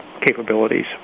capabilities